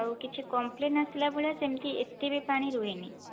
ଆଉ କିଛି କମ୍ପ୍ଲେନ ଆସିଲା ଭଳିଆ ସେମିତି ଏତେ ବି ପାଣି ରୁହେନି